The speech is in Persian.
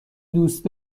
دوست